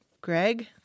Greg